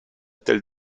telles